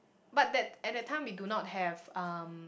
but that at that time we do not have um